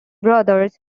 brothers